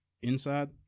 inside